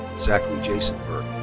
zachary jason burke.